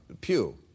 Pew